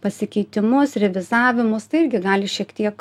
pasikeitimus revizavimus tai irgi gali šiek tiek